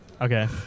Okay